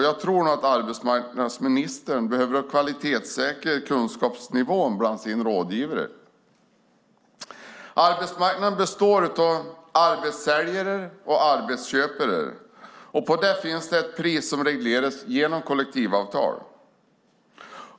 Jag tror nog att arbetsmarknadsministern behöver kvalitetssäkra kunskapsnivån bland sina rådgivare. Arbetsmarknaden består av arbetssäljare och arbetsköpare. På den finns det ett pris som regleras genom kollektivavtal.